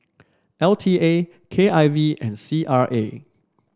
L T A K I V and C R A